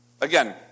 Again